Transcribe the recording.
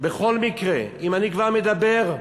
בכל מקרה, אם אני כבר מדבר,